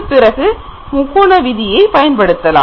பிறகு முக்கோண விதியை பயன்படுத்தலாம்